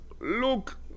look